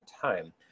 time